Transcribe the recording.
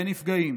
אין נפגעים,